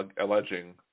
alleging